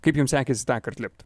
kaip jum sekėsi tąkart lipt